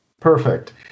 Perfect